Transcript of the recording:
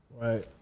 right